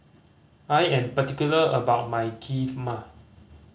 I am particular about my Kheema